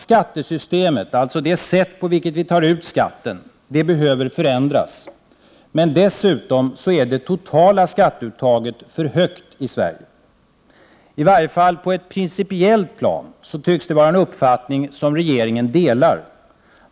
Skattesystemet, alltså det sätt på vilket vi tar ut skatten, behöver förändras. Men dessutom är det totala skatteuttaget för högt i Sverige. I varje fall på ett principiellt plan tycks det vara en uppfattning som regeringen delar.